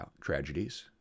tragedies